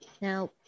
Now